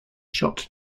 shot